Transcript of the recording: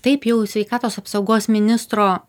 taip jau sveikatos apsaugos ministro